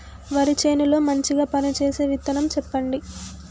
వరి చేను లో మంచిగా పనిచేసే విత్తనం చెప్పండి?